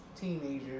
Teenagers